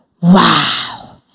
Wow